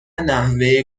نحوه